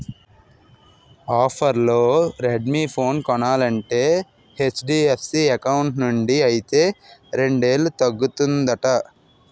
ఆఫర్లో Redmi phone కొనాలంటే HDFC account నుండి అయితే రెండేలు తగ్గుతుందట